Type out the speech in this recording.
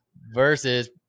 Versus